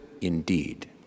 indeed